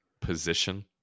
position